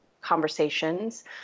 conversations